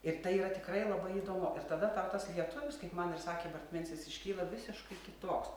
ir tai yra tikrai labai įdomu ir tada tau tas lietuvis kaip man ir sakė bartminsis iškyla visiškai kitoks